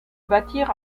bâtir